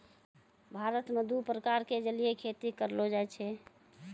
भारत मॅ दू प्रकार के जलीय खेती करलो जाय छै